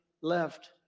left